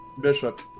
Bishop